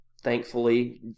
thankfully